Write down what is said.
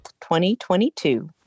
2022